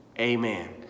amen